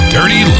Dirty